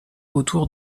autour